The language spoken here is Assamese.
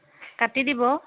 কাটি দিব